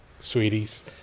sweeties